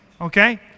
okay